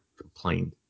complained